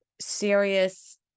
serious